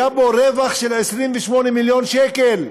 היה בו רווח של 28 מיליון שקל,